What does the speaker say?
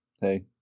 hey